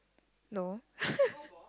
no